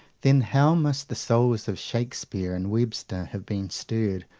then how must the souls of shakespeare and webster have been stirred,